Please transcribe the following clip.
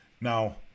Now